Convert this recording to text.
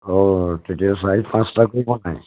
অঁ তেতিয়া চাৰি পাঁচটা পোৱা নাই